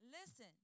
listen